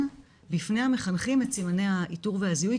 בפני המחנכים את סימני האיתור והזיהוי,